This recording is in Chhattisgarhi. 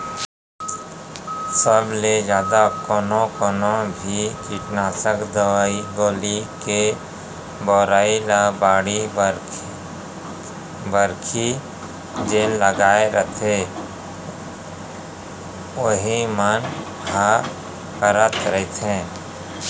सब ले जादा कोनो कोनो भी कीटनासक दवई गोली के बउरई ल बाड़ी बखरी जेन लगाय रहिथे उही मन ह करत रहिथे